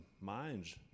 minds